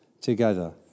together